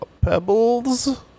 Pebbles